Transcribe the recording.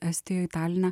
estijoj taline